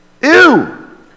Ew